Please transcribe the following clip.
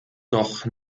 doch